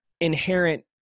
inherent